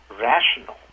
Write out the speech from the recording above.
rational